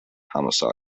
hamasaki